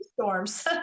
storms